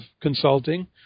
consulting